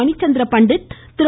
Manichandra Pandit Thiru